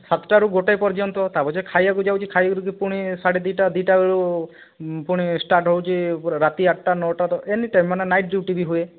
ସାତ୍ଟାରୁ ଗୋଟେ ପର୍ଯ୍ୟନ୍ତ ତାପରେ ଯେଉଁ ଖାଇବାକୁ ଯାଉଛି ଖାଇକରି ପୁଣି ସାଢ଼େ ଦି ଟା ଦି ଟା ବେଳୁ ପୁଣି ଷ୍ଟାର୍ଟ ହେଉଛି ପୁରା ରାତି ଆଠଟା ନଅଟା ତକ୍ ଏନି ଟାଇମ୍ ମାନେ ନାଇଟ୍ ଡ୍ୟୁଟି ବି ହୁଏ